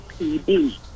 PD